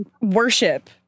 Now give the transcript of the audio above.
worship